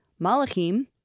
Malachim